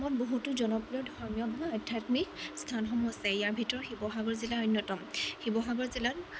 অসমত বহুতো ধৰ্মীয় বা আধ্যাত্মিক স্থানসমূহ আছে ইয়াৰ ভিতৰত শিৱসাগৰ জিলা অন্যতম শিৱসাগৰ জিলাত